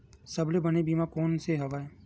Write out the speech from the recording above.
सबले बने बीमा कोन से हवय?